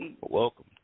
Welcome